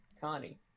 Connie